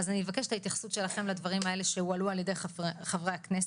אז אני אבקש את ההתייחסות שלכם לדברים האלה שהועלו על ידי חברי הכנסת.